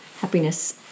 Happiness